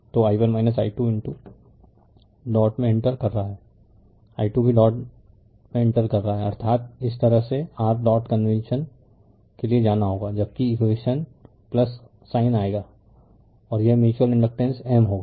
तो i1 i 2 dot में enter कर रहा है i 2 भी डॉट में इंटर कर रहा है अर्थात इस तरह से r डॉट कन्वेंशन के लिए जाना होगा जबकि इकवेशन साइन आएगा और यह म्यूच्यूअल इंडकटेन्स M होगा